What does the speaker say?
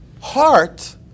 Heart